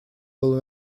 было